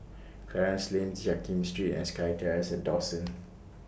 Clarence Lane Jiak Kim Street and SkyTerrace At Dawson